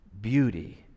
beauty